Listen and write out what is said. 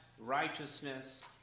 righteousness